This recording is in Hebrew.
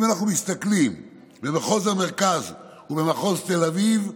אם אנחנו מסתכלים במחוז המרכז ובמחוז תל אביב,